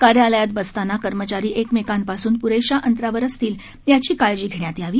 कार्यालयात बसताना कर्मचारी एकमेकांपासून पुरेशा अंतरावर असतील याची काळजी घेण्यात यावी